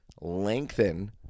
lengthen